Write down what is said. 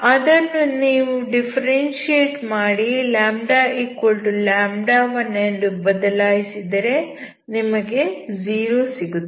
ಅದನ್ನು ನೀವು ಡಿಫ್ಫೆರೆನ್ಶಿಯೇಟ್ ಮಾಡಿ λ1 ಎಂದು ಬದಲಾಯಿಸಿದರೆ ನಿಮಗೆ 0 ಸಿಗುತ್ತದೆ